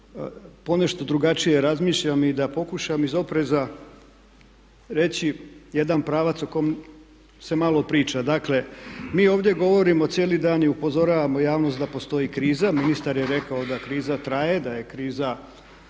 ponešto drugačije razmišljam i da pokušam iz opreza reći jedan pravac o kom se malo priča. Dakle, mi ovdje govorimo cijeli dan i upozoravamo javnost da postoji kriza. Ministar je rekao da kriza traje, da je kriza